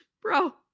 Bro